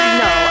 no